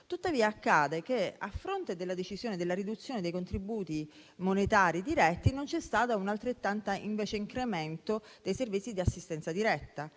Tuttavia, a fronte della decisione della riduzione dei contributi monetari diretti, non c'è stato un pari incremento dei servizi di assistenza diretta.